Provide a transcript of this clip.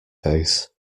face